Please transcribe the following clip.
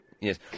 Yes